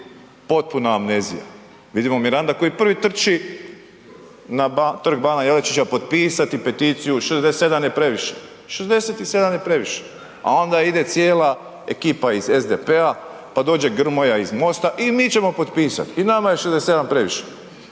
potpuna amnezija, vidimo Miranda koji prvi trči na Trg bana Jelačića potpisati peticiju „67 je previše“ a onda ide cijela ekipa iz SDP-a p dođe Grmoja iz MOST-a, i mi ćemo potpisat, i nama je 67 previše.